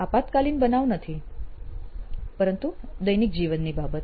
આપાતકાલીન બનાવ નથી પરંતુ દૈનિક જીવનની બાબત